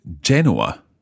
Genoa